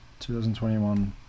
2021